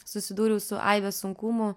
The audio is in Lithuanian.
susidūriau su aibe sunkumų